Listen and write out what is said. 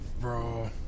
bro